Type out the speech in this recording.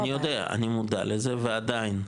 אני יודע, אני מודע לזה ועדיין,